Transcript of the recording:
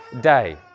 day